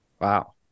Wow